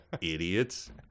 idiots